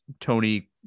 Tony